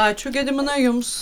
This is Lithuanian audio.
ačiū gediminai jums